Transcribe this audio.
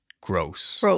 Gross